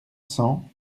cents